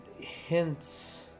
hints